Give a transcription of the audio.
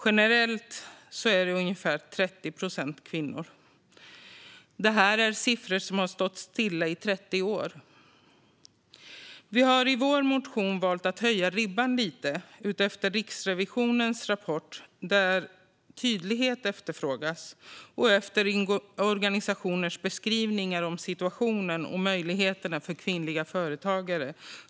Totalt är ungefär 30 procent kvinnor. Det är siffror som har stått stilla i 30 år. Vi har i vår motion valt att höja ribban lite, utefter Riksrevisionens rapport där tydlighet efterfrågas och utefter organisationers beskrivningar av situationen och möjligheterna för kvinnliga företagare.